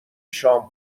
شام